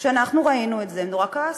כשאנחנו ראינו את זה נורא כעסנו,